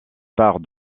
part